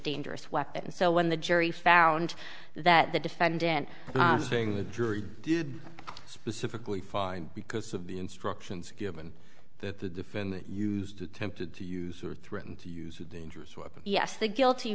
dangerous weapon so when the jury found that the defendant saying the jury did specifically find because of the instructions given that the defendant used attempted to use or threaten to use a dangerous weapon yes the guilty